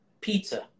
Pizza